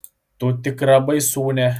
tu tikra baisūnė